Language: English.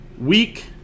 Week